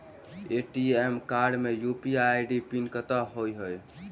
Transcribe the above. ATM card मे UPI PIN कतह होइ है?